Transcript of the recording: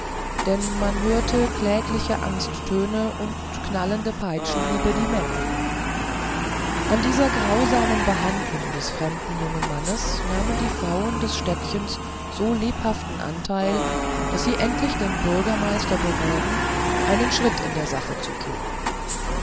denn man hörte klägliche angsttöne und klatschende peitschenhiebe die menge an dieser grausamen behandlung des fremden jungen mannes nahmen die frauen des städtchens so lebhaften anteil daß sie endlich den bürgermeister bewogen einen schritt in der sache zu tun